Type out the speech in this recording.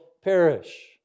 perish